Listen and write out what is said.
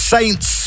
Saints